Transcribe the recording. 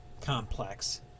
complex